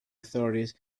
authorities